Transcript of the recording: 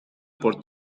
por